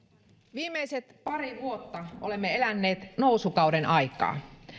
viimeiset pari vuotta olemme eläneet nousukauden aikaa